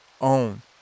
own